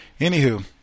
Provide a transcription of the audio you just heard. Anywho